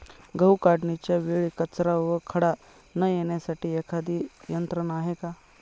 गहू काढणीच्या वेळी कचरा व खडा न येण्यासाठी एखादी यंत्रणा आहे का?